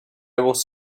was